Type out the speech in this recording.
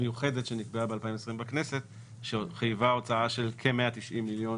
מיוחדת שנקבעה ב-2020 בכנסת שחייבה הוצאה של כ-190 מיליון